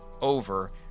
over